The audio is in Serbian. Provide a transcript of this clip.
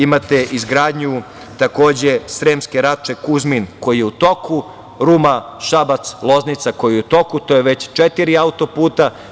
Imate izgradnju, takođe, Sremska Rača-Kuzmin, koji je u toku, Ruma-Šabac-Loznica, koji je u toku, to je već četiri autoputa.